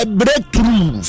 breakthrough